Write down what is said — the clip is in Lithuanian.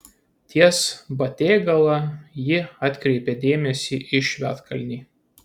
ties batėgala ji atkreipė dėmesį į švedkalnį